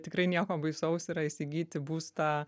tikrai nieko baisaus yra įsigyti būstą